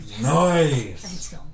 Nice